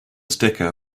sticker